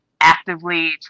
actively